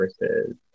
versus